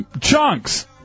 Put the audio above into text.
Chunks